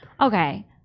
Okay